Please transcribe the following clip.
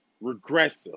regressive